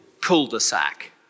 cul-de-sac